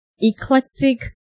eclectic